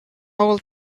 old